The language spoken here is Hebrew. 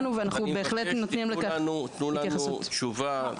אני מבקש שתתנו לנו תשובה בתוך